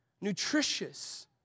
nutritious